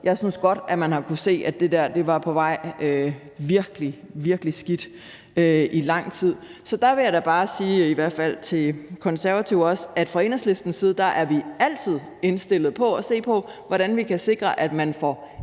lang tid godt har kunnet se, at det var på vej til noget virkelig, virkelig skidt. Så der vil jeg da bare sige i hvert fald til Konservative også, at fra Enhedslistens side er vi altid indstillet på at se på, hvordan vi kan sikre, at man får endnu mere